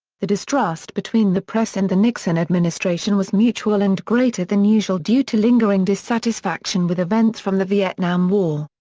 the distrust between the press and the nixon administration was mutual and greater than usual due to lingering dissatisfaction with events from the vietnam war.